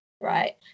right